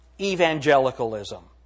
evangelicalism